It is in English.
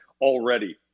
already